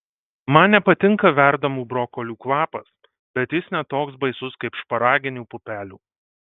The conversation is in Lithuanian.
man nepatinka verdamų brokolių kvapas bet jis ne toks baisus kaip šparaginių pupelių